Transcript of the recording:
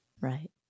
Right